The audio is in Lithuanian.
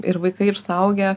ir vaikai ir suaugę